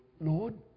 Lord